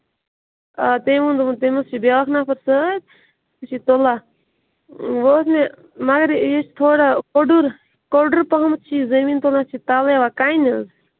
آ تٔمۍ ووٚن دوٚپُن تٔمِس چھُ بیٛاکھ نَفر سۭتۍ سُہ چھُ تُلان وۅنۍ اوس مےٚ مَگر یہِ چھُ تھوڑا کُڈُر کُڈُر پَہم چھُ یہِ زمیٖن تُلُن اَتھ چھِ تلہٕ یِوان کَنہِ حظ